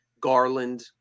Garland